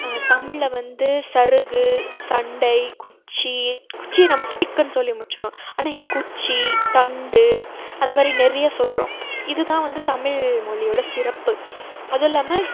தமிழ்ல வந்து சருகு சண்டை குச்சி குச்சியை நம்ம ஸ்டிக்குன்னு சொல்லி முடிச்சுட்றோம் ஆனால் இங்கே குச்சி தண்டு அந்த மாதிரி நிறைய சொல்கிறோம் இதுதான் வந்து தமிழ் மொழியோட சிறப்பு அதுவும் இல்லாமல்